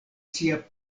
sia